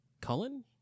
Cullen